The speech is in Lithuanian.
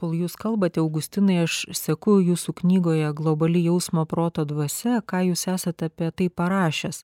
kol jūs kalbate augustinai aš seku jūsų knygoje globali jausmo proto dvasia ką jūs esat apie tai parašęs